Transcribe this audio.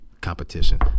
competition